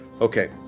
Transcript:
Okay